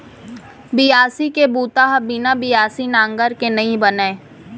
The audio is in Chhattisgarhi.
बियासी के बूता ह बिना बियासी नांगर के नइ बनय